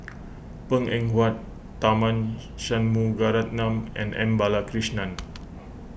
Png Eng Huat Tharman Shanmugaratnam and M Balakrishnan